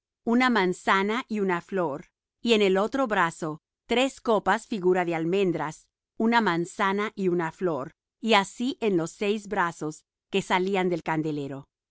una manzana y una flor y tres copas figura de almendras en el otro brazo una manzana y una flor así pues en los seis brazos que salen del candelero